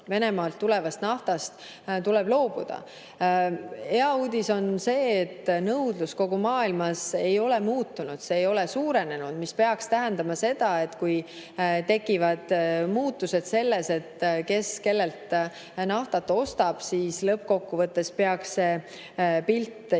Venemaalt tulevast naftast tuleb loobuda. Hea uudis on see, et nõudlus kogu maailmas ei ole muutunud, see ei ole suurenenud. See peaks tähendama seda, et kui tekivad muutused selles, kes kellelt naftat ostab, siis lõppkokkuvõttes peaks see pilt